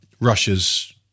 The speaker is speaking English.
Russia's